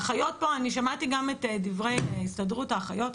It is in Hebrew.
אני שמעתי גם את דברי הסתדרות האחיות.